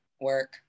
Work